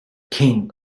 king